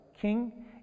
King